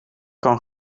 kan